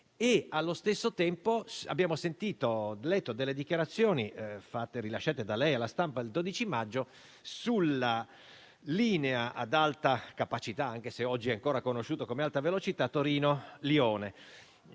Allo stesso tempo abbiamo letto delle dichiarazioni, da lei rilasciate alla stampa il 12 maggio, sulla linea ad alta capacità, sebbene oggi sia ancora conosciuta come linea ad alta velocità, Torino-Lione.